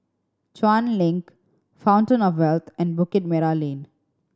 Chuan Link Fountain Of Wealth and Bukit Merah Lane